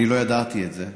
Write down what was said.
אני לא ידעתי את זה.